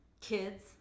kids